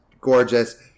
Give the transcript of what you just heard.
gorgeous